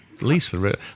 Lisa